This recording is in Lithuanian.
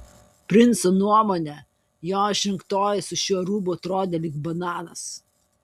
princo nuomone jo išrinktoji su šiuo rūbu atrodė lyg bananas